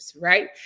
right